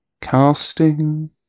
casting